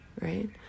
right